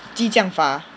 激将法